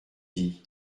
dit